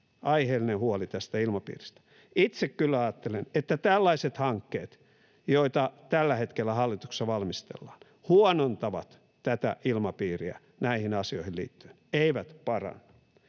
aiheellinen. Itse kyllä ajattelen, että tällaiset hankkeet, joita tällä hetkellä hallituksessa valmistellaan, huonontavat tätä ilmapiiriä näihin asioihin liittyen, eivät paranna.